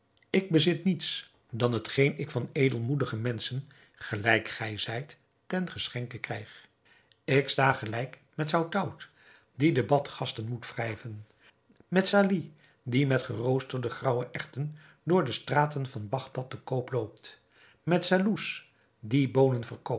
ik bezit niets dan hetgeen ik van edelmoedige menschen gelijk gij zijt ten geschenke krijg ik sta gelijk met zoutout die de badgasten moet wrijven met sali die met geroosterde graauwe erwten door de straten van bagdad te koop loopt met salouz die boonen